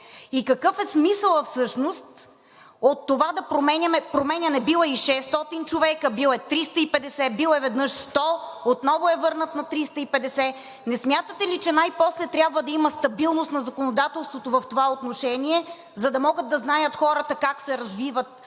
и какъв е смисълът всъщност от това да променяме? Бил е и 600 човека, бил е и 350, бил е веднъж 100, отново е върнат на 350 – не смятате ли, че най-после трябва да има стабилност на законодателството в това отношение, за да могат да знаят хората как се развиват